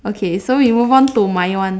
okay so we move on to my one